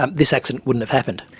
um this accident wouldn't have happened.